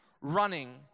running